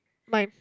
my